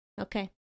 Okay